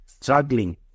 Struggling